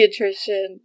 Pediatrician